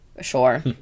sure